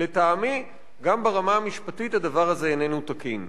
לטעמי גם ברמה המשפטית הדבר הזה איננו תקין.